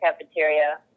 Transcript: cafeteria